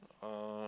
uh